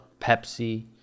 pepsi